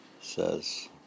says